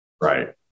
Right